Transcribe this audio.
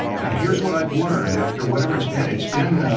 and here's what i've learned after whatever it's been, it's been